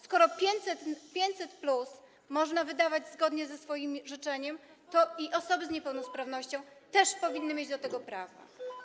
Skoro 500+ można wydawać zgodnie ze swoim życzeniem, to osoby z niepełnosprawnością też powinny mieć do tego prawo.